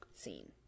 scene